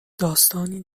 داستانی